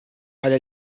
على